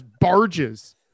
barges